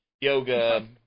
yoga